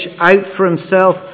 out-for-himself